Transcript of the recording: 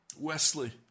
Wesley